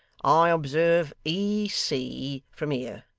i observe e. c. from here.